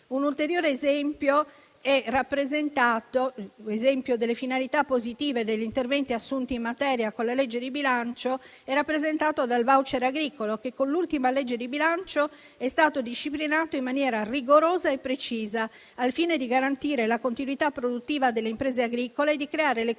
Un ulteriore esempio delle finalità positive degli interventi assunti in materia con la legge di bilancio è rappresentato dal *voucher* agricolo, che con l'ultima legge di bilancio è stato disciplinato in maniera rigorosa e precisa, al fine di garantire la continuità produttiva delle imprese agricole e di creare le condizioni